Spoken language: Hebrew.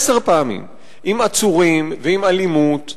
עשר פעמים, עם עצורים, עם אלימות,